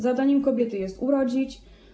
Zadaniem kobiety jest urodzić.